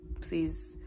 please